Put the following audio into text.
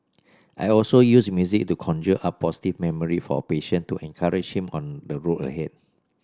I also use music to conjure up a positive memory for a patient to encourage him on the road ahead